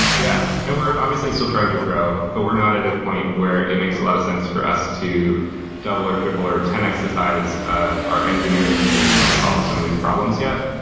yeah. and we're obviously still trying to grow, but we're not at a point where it makes a lot of sense for us to double or triple or ten x the size of our engineering team to solve some of these problems yet.